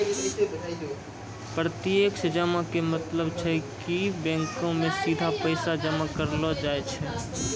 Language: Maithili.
प्रत्यक्ष जमा के मतलब छै कि बैंको मे सीधा पैसा जमा करलो जाय छै